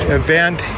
event